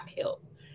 help